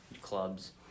clubs